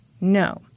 no